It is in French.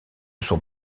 son